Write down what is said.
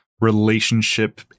relationship